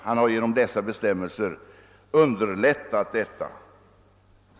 Han har genom dessa bestämmelser underlättat detta samarbete.